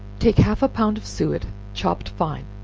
take half a pound of suet chopped fine,